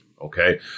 okay